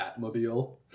Batmobile